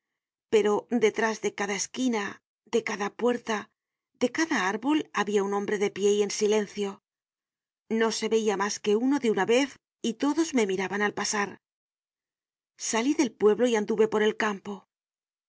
pero detrás de cada esquina de cada puerta de cada árbol ha bia un hombre de pie y en silencio no se veia mas que uno de una vez y todos me miraban al pasar salí del pueblo y anduve por el campo